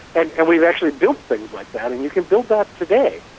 and and we've actually built things like that and you can build that today.